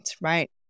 right